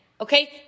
okay